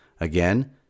Again